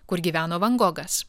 kur gyveno van gogas